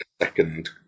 second